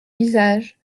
visages